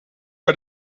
bij